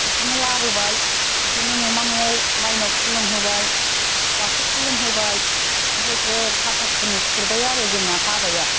बिदिनो लाबोबाय बिदिनो न'मा न'आव माइनाव खुलुम होबाय बाथौ खुलुम होबाय ओमफ्राय ग्रोब हाथासुनि खुरबाय आरो जोंना हाबाया